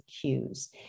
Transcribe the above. cues